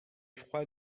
froid